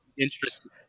Interesting